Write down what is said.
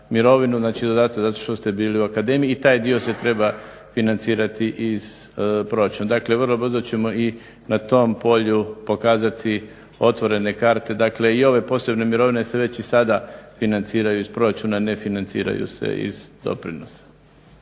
mirovinu, znači dodatak zato što ste bili u akademiji i taj dio se treba financirati iz proračuna. Dakle vrlo brzo ćemo i na tom polju pokazati otvorene karte, dakle i ove posebne mirovine se već i sada financiraju iz proračuna, ne financiraju se iz doprinosa.